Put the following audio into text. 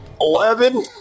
Eleven